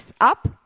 up